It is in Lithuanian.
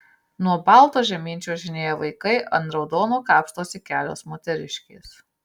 nuo balto žemyn čiuožinėja vaikai ant raudono kapstosi kelios moteriškės